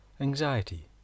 Anxiety